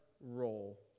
role